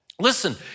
Listen